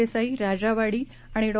Desai राजावाडीआणिडॉ